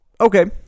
Okay